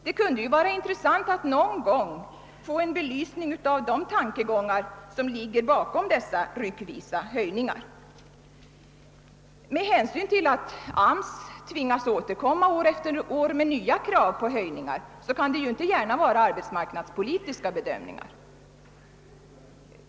Det kunde vara intressant att någon gång få en belysning av de tankegångar som ligger bakom dessa ryckvisa höjningar. Eftersom AMS tvingas återkomma år efter år med nya krav på höjningar kan det inte gärna vara arbetsmarknadspolitiska bedömningar.